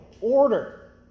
order